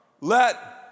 let